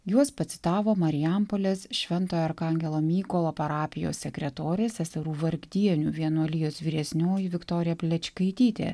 juos pacitavo marijampolės šventojo arkangelo mykolo parapijos sekretorė seserų vargdienių vienuolijos vyresnioji viktorija plečkaitytė